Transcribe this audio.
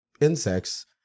insects